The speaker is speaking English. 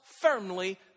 firmly